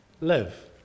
Live